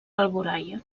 alboraia